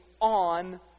on